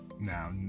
Now